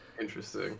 interesting